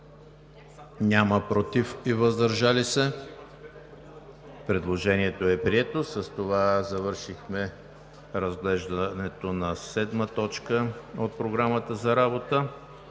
86, против и въздържали се няма. Предложението е прието. С това завършихме разглеждането на седма точка от Програмата за работа